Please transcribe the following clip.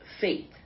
faith